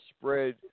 spread